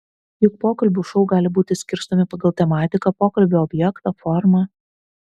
juk pokalbių šou gali būti skirstomi pagal tematiką pokalbio objektą formą